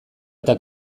eta